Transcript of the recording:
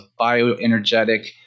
bioenergetic